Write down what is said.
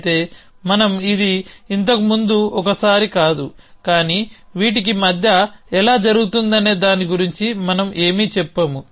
అయితే మనం ఇది ఇంతకు ముందు ఒకసారి కాదు కానీ వీటికి మధ్య ఇది ఎలా జరుగుతుందనే దాని గురించి మనం ఏమీ చెప్పము